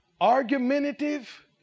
argumentative